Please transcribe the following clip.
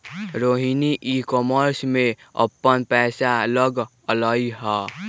Rohini e commerce में अप्पन पैसा लगअलई ह